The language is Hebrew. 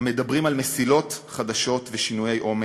המדברים על מסילות חדשות ושינויי עומק,